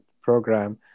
program